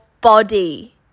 body